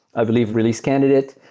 i believe, release candidate,